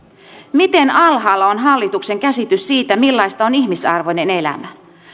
miten alhaalla on hallituksen käsitys siitä millaista on ihmisarvoinen elämä